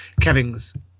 Kevings